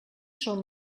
són